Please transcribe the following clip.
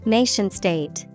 nation-state